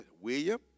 William